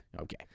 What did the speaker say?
Okay